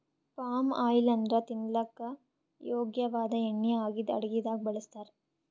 palm oil ಅಂದ್ರ ತಿನಲಕ್ಕ್ ಯೋಗ್ಯ ವಾದ್ ಎಣ್ಣಿ ಆಗಿದ್ದ್ ಅಡಗಿದಾಗ್ ಬಳಸ್ತಾರ್